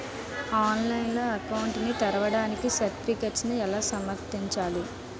ఆన్లైన్లో అకౌంట్ ని తెరవడానికి సర్టిఫికెట్లను ఎలా సమర్పించాలి?